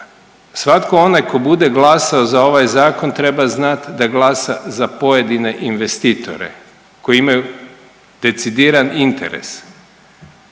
svatko onaj tko bude glasao za ovaj zakon treba znat da glasa za pojedine investitore koji imaju decidiran interes.